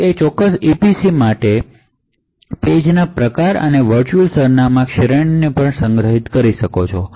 તે ચોક્કસ EPC માટે પેજ ના પ્રકાર અને વર્ચુઅલ સરનામાં શ્રેણીને પણ સંગ્રહિત કરે છે